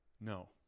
No